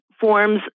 forms